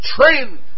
Train